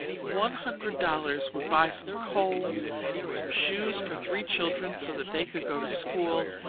one hundred dollars would buy some coal and some shoes for three children so that they could go to school,